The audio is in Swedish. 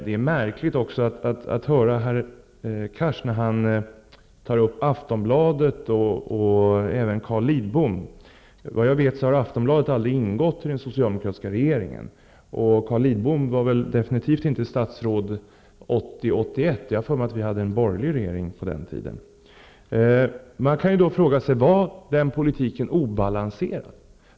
Det är också märkligt att höra herr Cars, när han tar upp Aftonbladet och Carl Lidbom. Vad jag vet har Aftonbladet aldrig ingått i den socialdemokratiska regeringen, och Carl Lidbom var definitivt inte statsråd 1980/81, då vi hade en borgerlig regering. Var den politiken obalanserad?